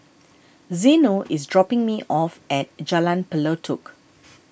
Zeno is dropping me off at Jalan Pelatok